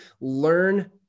learn